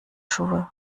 schuhe